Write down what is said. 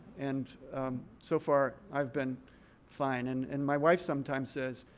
and so far, i've been fine. and and my wife sometimes says,